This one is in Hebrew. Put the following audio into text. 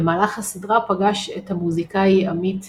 במהלך הסדרה פגש את המוזיקאי עמית